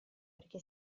perché